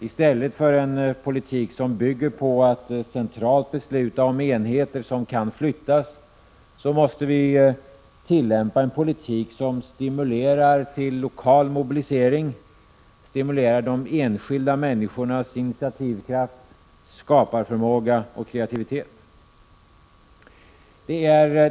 I stället för en politik som bygger på att man beslutar om enheter som kan flyttas måste vi föra en politik som stimulerar lokal mobilisering och som stimulerar de enskilda människornas initiativkraft, skaparförmåga och kreativitet.